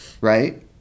right